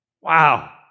Wow